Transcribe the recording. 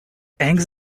eggs